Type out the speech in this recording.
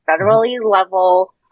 federally-level